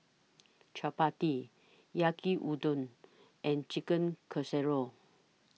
Chapati Yaki Udon and Chicken Casserole